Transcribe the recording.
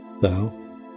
thou